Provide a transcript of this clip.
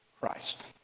Christ